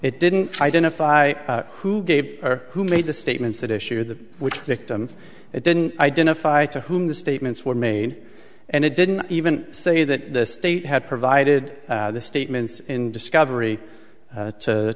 it didn't identify who gave or who made the statements that issue that which victim it didn't identify to whom the statements were made and it didn't even say that the state had provided the statements in discovery